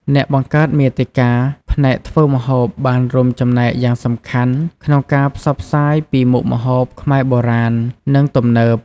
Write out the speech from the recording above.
អ្នកបង្កើតមាតិកាផ្នែកធ្វើម្ហូបបានរួមចំណែកយ៉ាងសំខាន់ក្នុងការផ្សព្វផ្សាយពីមុខម្ហូបខ្មែរបុរាណ និងទំនើប។